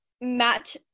Matt